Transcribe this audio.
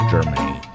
Germany